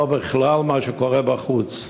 בכלל לא מה שקורה בחוץ.